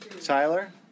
Tyler